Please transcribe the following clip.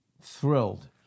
thrilled